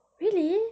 really